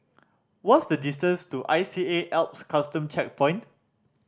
what's the distance to I C A Alps Custom Checkpoint